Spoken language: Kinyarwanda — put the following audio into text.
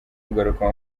kugaruka